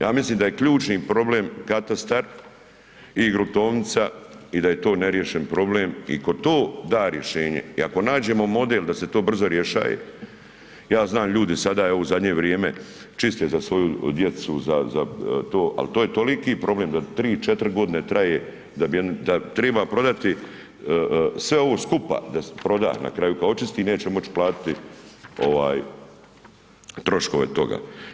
Ja mislim da je ključni problem katastar i gruntovnica i da je to neriješen problem i tko to da rješenje i ako nađemo model da se to brzo rješaje ja znam ljudi sada u zadnje vrijeme čiste za svoju djecu, za to, ali to je toliki problem da 3-4 godine traje da bi jednu, da triba prodati sve ovo skupa, da se proda, na kraju kad očisti neće moći platiti ovaj troškove toga.